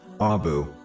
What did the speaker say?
Abu